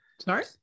Sorry